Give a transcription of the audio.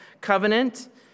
covenant